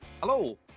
Hello